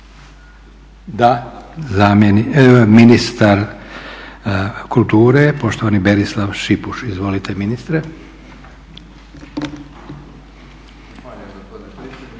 Da. Ministar kulture poštovani Berislav Šipuš. Izvolite ministre.